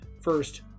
first